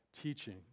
teaching